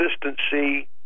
consistency